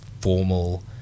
formal